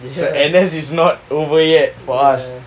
so N_S is not over yet for us